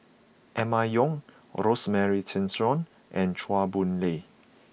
Emma Yong Rosemary Tessensohn and Chua Boon Lay